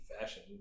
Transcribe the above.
fashion